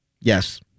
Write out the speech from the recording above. Yes